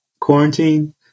quarantine